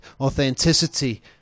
authenticity